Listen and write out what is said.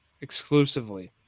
Exclusively